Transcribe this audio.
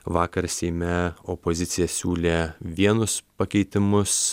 vakar seime opozicija siūlė vienus pakeitimus